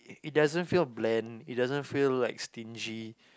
it doesn't feel bland it doesn't feel like stingy